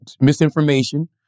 misinformation